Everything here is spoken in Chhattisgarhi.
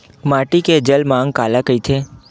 माटी के जलमांग काला कइथे?